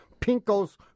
pinkos